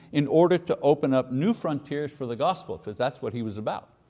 in order to open up new frontiers for the gospel, because that's what he was about.